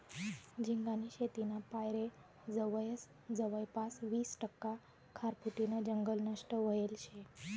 झिंगानी शेतीना पायरे जवयपास वीस टक्का खारफुटीनं जंगल नष्ट व्हयेल शे